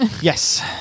Yes